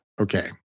Okay